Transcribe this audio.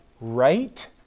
right